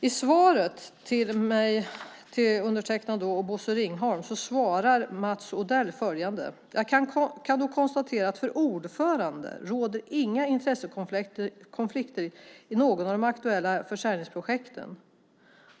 I svaret till mig och Bosse Ringholm sade Mats Odell följande: "Jag kan då konstatera att för ordföranden råder inga intressekonflikter i något av de aktuella försäljningsprojekten."